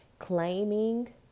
claiming